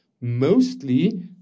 mostly